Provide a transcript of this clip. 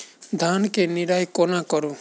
धान केँ निराई कोना करु?